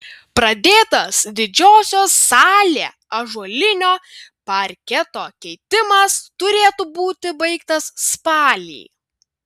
pradėtas didžiosios salė ąžuolinio parketo keitimas turėtų būti baigtas spalį